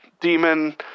demon